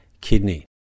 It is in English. kidney